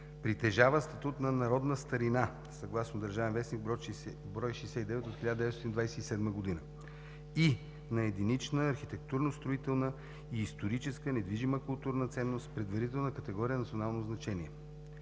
притежава статут на народна старина съгласно „Държавен вестник“, брой 69 от 1927 г., и на единична архитектурно-строителна и историческа недвижима културна ценност в предварителна категория „национално значение“,